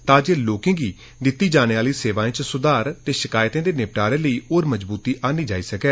तांजे लोकें गी दिती जाने आहली सेवाएं च सुधार ते शकैतें दे निपटारै लेई ओर मजबूती आन्नी जाई सकै